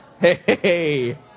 Hey